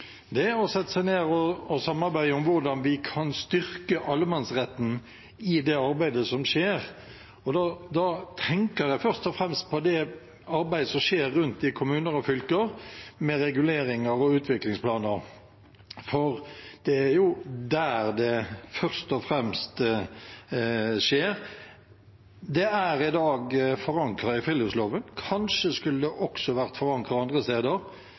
ned og samarbeider om hvordan vi kan styrke allemannsretten i det arbeidet som skjer. Da tenker jeg først og fremst på det arbeidet som skjer rundt i kommuner og fylker med reguleringer og utviklingsplaner, for det er jo der det først og fremst skjer. Det er i dag forankret i friluftsloven. Kanskje skulle det også vært forankret andre steder.